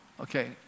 okay